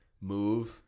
move